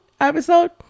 episode